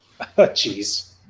Jeez